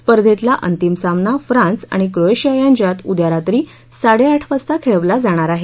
स्पर्धेतला अंतिम सामना फ्रान्स आणि क्रोएशिया यांच्यात उद्या रात्री साडेआठ वाजता खेळवला जाणार आहे